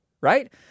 right